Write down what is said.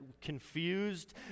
confused